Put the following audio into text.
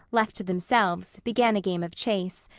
left to themselves, began a game of chase,